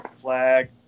flag